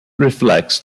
reflects